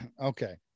okay